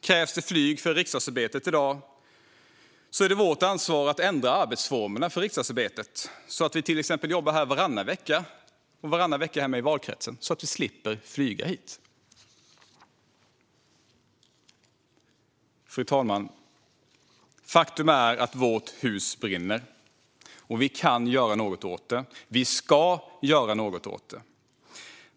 Krävs det flyg för riksdagsarbetet i dag är det vårt ansvar att ändra arbetsformerna för riksdagsarbetet, så att vi till exempel jobbar varannan vecka här och varannan vecka hemma i valkretsen, så att vi slipper flyga hit. Fru talman! Faktum är att vårt hus brinner, och vi kan göra något åt det. Vi ska göra något åt det.